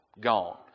Gone